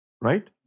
right